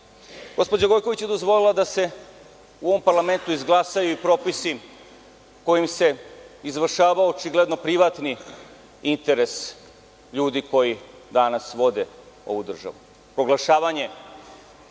ne. Gospođa Gojković je dozvolila da se u ovom parlamentu izglasaju i propisi kojima se izvršavao očigledno privatni interes ljudi koji danas vode ovu državu. Proglašavanje